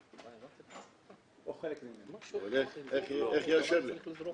אז איך הוא יאשר את זה?